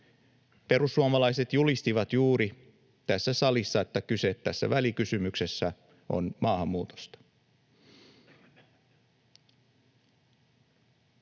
Perussuomalaiset julistivat juuri tässä salissa, että tässä välikysymyksessä on kyse maahanmuutosta.